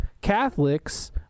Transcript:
Catholics